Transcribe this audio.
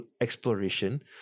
exploration